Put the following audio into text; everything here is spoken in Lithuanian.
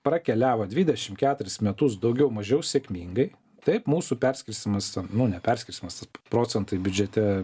prakeliavo dvidešim keturis metus daugiau mažiau sėkmingai taip mūsų perskirstymas ten nu neperskirstymas tas procentai biudžete